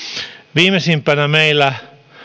viimeisimpänä meillä